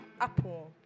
Apple